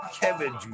Kevin